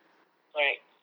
correct